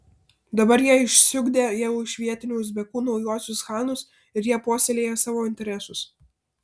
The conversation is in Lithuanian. dabar jie išsiugdė jau iš vietinių uzbekų naujuosius chanus ir jie puoselėja savo interesus